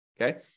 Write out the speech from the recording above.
Okay